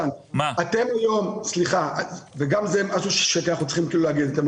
קרן נדל"ן משקיעה בחברה שעושה תמ"א 38. הסטארט אפ היה צריך את קרן